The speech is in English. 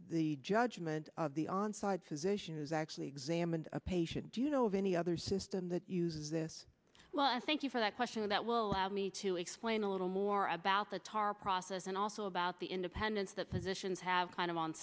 the judgment of the onsides physician who's actually examined a patient do you know of any other system that uses this well i thank you for that question and that will allow me to explain a little more about the tar process and also about the independence that physicians have kind of on